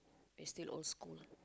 it's still old school lah